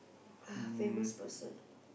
uh famous person